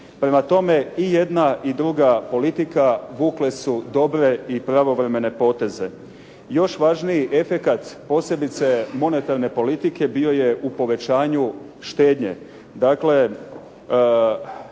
Prema tome, i jedna i druga politika vukle su dobre i pravovremene poteze. Još važniji efekat posebice monetarne politike bio je u povećanju štednje.